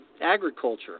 Agriculture